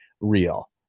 real